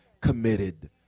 committed